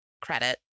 credit